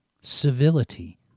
Civility